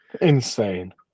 Insane